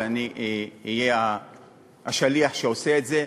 ואני אהיה השליח שעושה את זה,